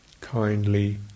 kindly